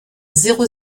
zéro